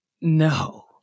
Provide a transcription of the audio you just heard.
no